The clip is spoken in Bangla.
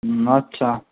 হুম আচ্ছা